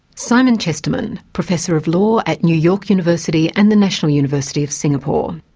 simon chesterman, professor of law at new york university and the national university of singapore.